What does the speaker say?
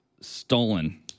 stolen